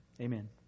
Amen